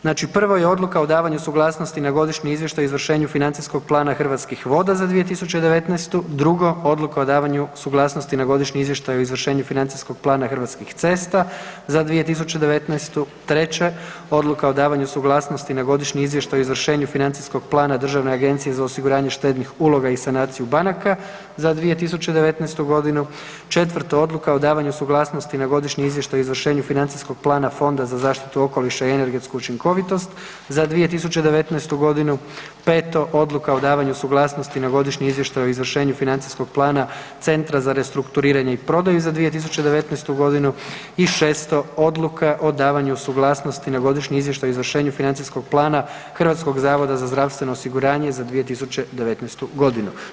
Znači prvo je Odluka o davanju suglasnosti na Godišnji izvještaj o izvršenju financijskog plana Hrvatskih voda za 2019., drugo Odluka o davanju suglasnosti na Godišnji izvještaj o izvršenju financijskog plana Hrvatskih cesta za 2019., treće Odluka o davanju suglasnosti na Godišnji izvještaj o izvršenju financijskog plana Državne agencije za osiguranje štednih uloga i sanaciju banaka za 2019. godinu, četvrto Odluka o davanju suglasnosti na Godišnji izvještaj o izvršenju financijskog plana Fonda za zaštitu okoliša i energetsku učinkovitost za 2019. godinu, peto Odluka o davanju suglasnosti na Godišnji izvještaj o izvršenju financijskog plana Centra za restrukturiranje i prodaju za 2019. godinu i šesto Odluka o davanju suglasnosti na Godišnji izvještaj o izvršenju financijskog plana Hrvatskog zavoda za zdravstveno osiguranje za 2019. godinu.